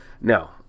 Now